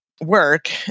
work